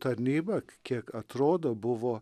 tarnyba kiek atrodo buvo